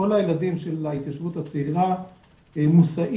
כל הילדים של ההתיישבות הצעירה מוסעים